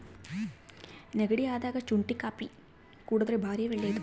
ನೆಗಡಿ ಅದಾಗ ಶುಂಟಿ ಕಾಪಿ ಕುಡರ್ದೆ ಬಾರಿ ಒಳ್ಳೆದು